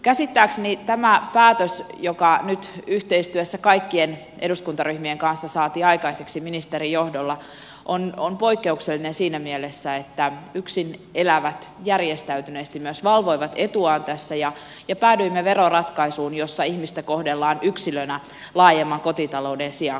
käsittääkseni tämä päätös joka nyt yhteistyössä kaikkien eduskuntaryhmien kanssa saatiin aikaiseksi ministerin johdolla on poikkeuksellinen siinä mielessä että yksin elävät järjestäytyneesti myös valvoivat etuaan tässä ja päädyimme veroratkaisuun jossa ihmistä kohdellaan yksilönä laajemman kotitalouden sijaan kuten aiemmin